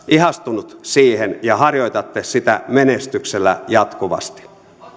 ihastunut siihen ja harjoitatte sitä menestyksellä jatkuvasti